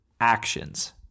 actions